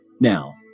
Now